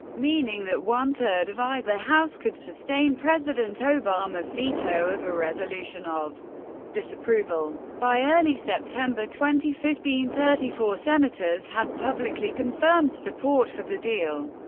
meaning that one-third of either house could sustain president obama's veto of a resolution of disapproval. by early september fifteen, thirty four senators had publicly confirmed support for the deal,